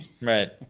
Right